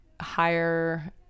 higher